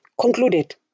Concluded